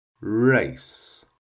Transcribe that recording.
race